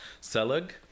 Selig